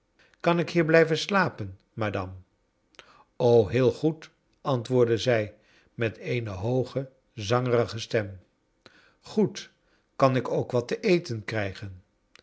kan ik hier blijven slapen madame heel goed antwoordde zij met eene hooge zangerige stem g oed kan ik ook wat te eten krijgen